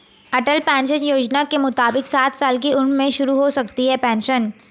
अटल pension योजना के मुताबिक साठ साल की उम्र में शुरू हो सकती है पेंशन